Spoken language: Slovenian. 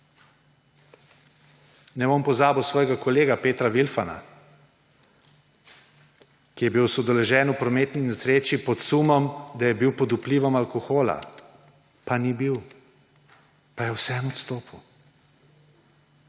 Ne bom pozabil svojega kolega Petra Vilfana, ki je bil soudeležen v prometni nesreči pod sumom, da je bil pod vplivom alkohola. Pa ni bil. Pa je vseeno odstopil.